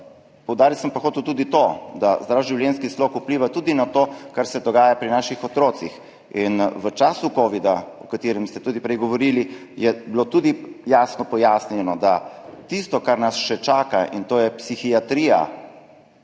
Poudariti sem pa hotel tudi to, da zdrav življenjski slog vpliva tudi na to, kar se dogaja pri naših otrocih. V času covida, o katerem ste tudi prej govorili, je bilo tudi jasno pojasnjeno, da tisto, kar nas še čaka, in to sta psihiatrija